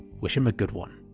wish him a good one.